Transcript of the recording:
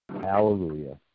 Hallelujah